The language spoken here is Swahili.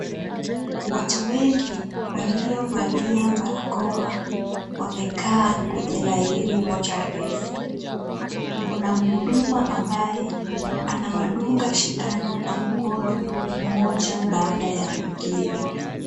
Watu wengi waliovalia barakoa wamekaa kwenye laini moja refu. Kuna mhuduma ambaye anawadunga sindano kwa mkono mmoja baada ya mwingine.